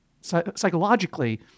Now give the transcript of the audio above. psychologically